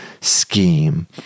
scheme